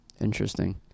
Interesting